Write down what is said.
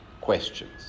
questions